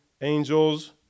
angels